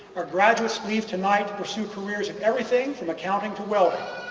our graduates leave tonight to pursue careers and everything from accounting to welding.